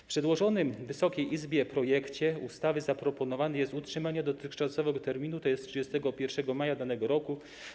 W przedłożonym Wysokiej Izbie projekcie ustawy zaproponowane jest utrzymanie dotychczasowego terminu, tj. 31 maja danego roku.